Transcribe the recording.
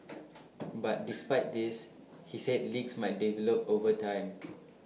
but despite this he said leaks might develop over time